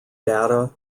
data